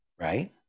right